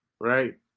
right